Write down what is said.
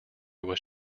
was